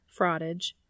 fraudage